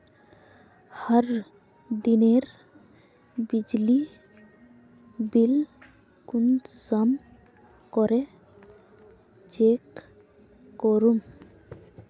हर दिनेर बिजली बिल कुंसम करे चेक करूम?